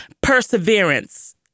perseverance